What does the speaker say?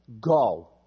Go